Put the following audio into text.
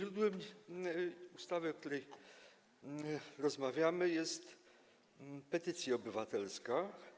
Źródłem ustawy, o której rozmawiamy, jest petycja obywatelska.